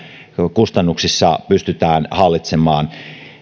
kustannuksissa pystytään hallitsemaan